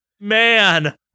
man